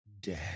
dead